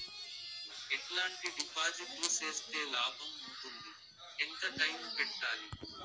ఎట్లాంటి డిపాజిట్లు సేస్తే లాభం ఉంటుంది? ఎంత టైము పెట్టాలి?